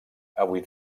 avui